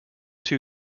two